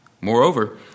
Moreover